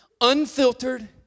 unfiltered